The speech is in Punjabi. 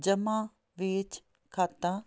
ਜਮ੍ਹਾਂ ਵੇਚ ਖਾਤਾ